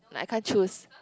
like I can't choose